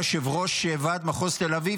היה יושב-ראש ועד מחוז תל אביב,